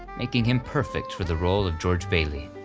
making him perfect for the role of george bailey.